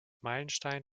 meilenstein